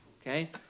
Okay